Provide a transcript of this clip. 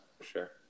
Sure